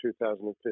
2015